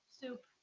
soup